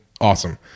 awesome